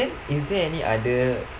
then is there any other